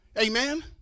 amen